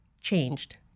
changed